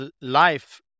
life